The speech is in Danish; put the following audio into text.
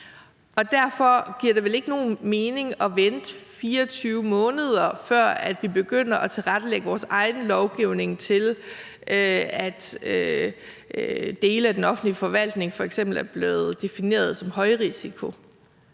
Derfor giver det vel ikke nogen mening at vente 24 måneder, før vi begynder at tilrettelægge vores egen lovgivning, i forhold til at dele af den offentlige forvaltning f.eks. er blevet defineret som højrisiko.